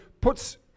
puts